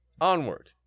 onward